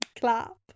clap